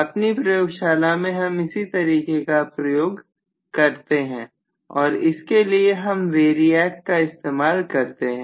अपनी प्रयोगशाला में हम इसी तरीके का उपयोग करते हैं और इसके लिए हम वेरियाक का इस्तेमाल करते हैं